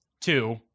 two